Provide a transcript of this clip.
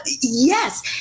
Yes